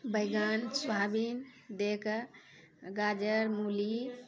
बैगन स्वाबीन दे क गाजर मूली